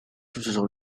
sucesor